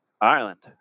Ireland